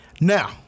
Now